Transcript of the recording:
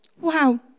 wow